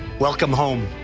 welcome home.